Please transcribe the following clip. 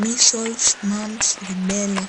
Measles Mums Rubella.